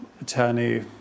attorney